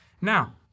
Now